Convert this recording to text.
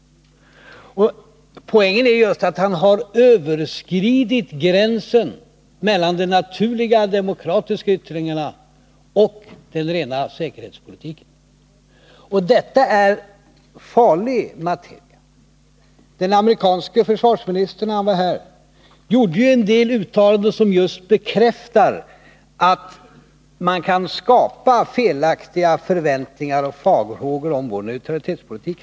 Poängen är just att han har överskridit gränsen mellan de naturliga demokratiska yttringarnz. och den rena säkerhetspolitiken. Detta är farlig materia. När den amerikanska försvarsministern var här gjorde han vissa uttalanden som just bekräftar att man kan skapa felaktiga förväntningar och farhågor om vår neutralitetspolitik.